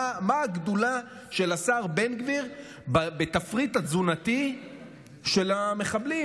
מה הגדולה של השר בן גביר בתפריט התזונתי של המחבלים?